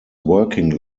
working